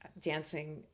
dancing